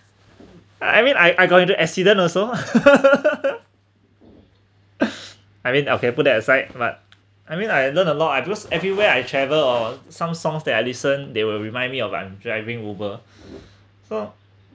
I mean I I got into accident also I mean okay put that aside but I mean I learn a lot I because everywhere I travel or some songs I listen they will remind me of I'm driving Uber so